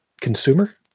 consumer